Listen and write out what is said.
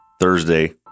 Thursday